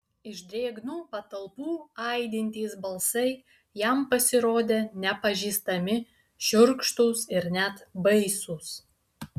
iš drėgnų patalpų aidintys balsai jam pasirodė nepažįstami šiurkštūs ir net baisūs